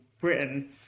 britain